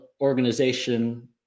organization